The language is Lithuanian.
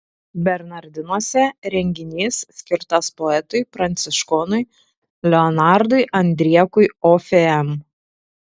bernardinuose renginys skirtas poetui pranciškonui leonardui andriekui ofm